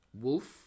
wolf